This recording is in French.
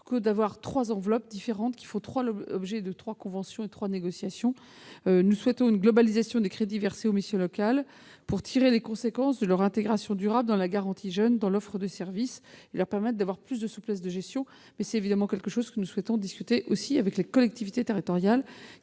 que d'avoir trois enveloppes différentes faisant l'objet de trois conventions et de trois négociations, nous souhaitons une globalisation des crédits versés aux missions locales pour tirer les conséquences de l'intégration durable de la garantie jeunes dans leur offre de service et leur permettre d'avoir plus de souplesse de gestion. C'est évidemment un aspect dont nous souhaitons discuter aussi avec les collectivités territoriales,